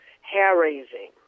hair-raising